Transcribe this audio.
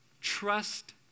Trust